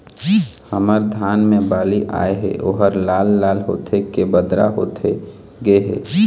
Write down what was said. हमर धान मे बाली आए हे ओहर लाल लाल होथे के बदरा होथे गे हे?